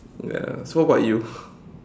ya so what about you